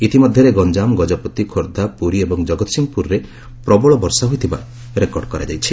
ଇତିମଧ୍ୟରେ ଗଞ୍ଜାମ ଗଜପତି ଖୋର୍ଦ୍ଧା ପୁରୀ ଏବଂ ଜଗତସିଂହପୁରରେ ପ୍ରବଳ ବର୍ଷା ହୋଇଥିବା ରେକର୍ଡ କରାଯାଇଛି